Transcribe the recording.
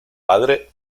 padre